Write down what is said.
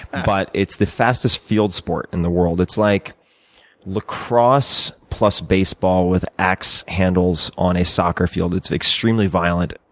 but it's the fastest field sport in the world. it's like la crosse plus baseball with axe handles on a soccer field. it's extremely violent,